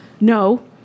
no